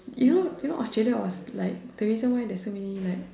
you know you know Australia was like the reason why there's so many like